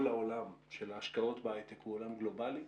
העולם של ההשקעות בהיי-טק הוא עולם גלובלי.